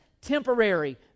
temporary